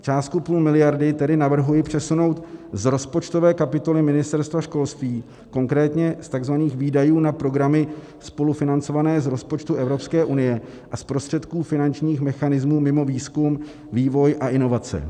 Částku půl miliardy tedy navrhuji přesunout z rozpočtové kapitoly Ministerstva školství, konkrétně z tzv. výdajů na programy spolufinancované z rozpočtu EU a z prostředků finančních mechanismů mimo výzkum, vývoj a inovace.